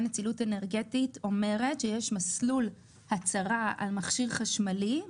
נצילות אנרגטית אומרת שיש מסלול הצהרה על מכשיר חשמלי,